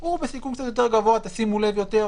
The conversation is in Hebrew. בסיכון קצת יותר גבוה שימו לב יותר.